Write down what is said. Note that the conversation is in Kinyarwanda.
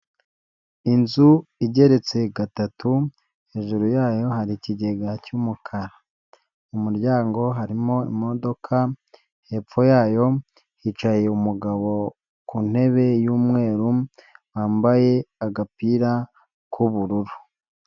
Inzu igeretse gatatu hejuru yayo hari ikigega cy'umukara, mu muryango harimo imodoka, hepfo yayo hicaye umugabo ku ntebe y'umweru, wambaye agapira k'ubururu.